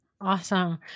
Awesome